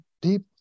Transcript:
deep